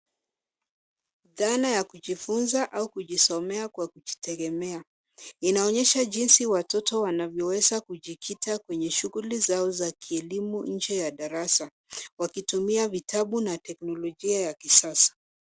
Dhana ya kujifunza au kujisomea kwa kujitegemea. Inaonyesha jinsi watoto wanavyoweza kujikita kwenye shughuli zao za kielimu nje ya darasa wakitumia vitabu na teknolojia ya kisasa.